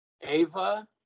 Ava